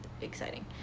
exciting